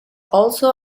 also